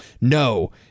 No